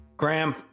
Graham